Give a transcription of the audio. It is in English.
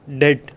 dead